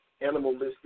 animalistic